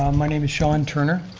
um my name is shawn turner.